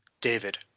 David